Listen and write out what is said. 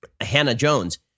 Hannah-Jones